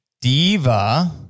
Diva